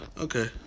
Okay